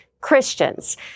Christians